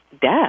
death